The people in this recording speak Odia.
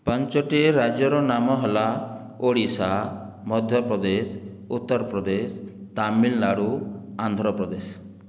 ପାଞ୍ଚଟି ରାଜ୍ୟର ନାମ ହେଲା ଓଡ଼ିଶା ମଧ୍ୟପ୍ରଦେଶ ଉତ୍ତରପ୍ରଦେଶ ତାମିଲନାଡ଼ୁ ଆନ୍ଧ୍ରପ୍ରଦେଶ